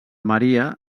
maria